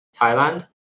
Thailand